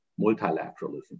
multilateralism